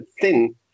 thin